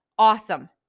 awesome